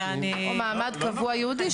או מעמד קבוע ייעודי,